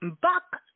buck